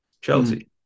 Chelsea